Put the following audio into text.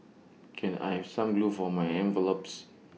can I have some glue for my envelopes